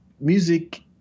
music